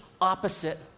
opposite